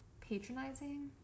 Patronizing